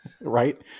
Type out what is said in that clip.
Right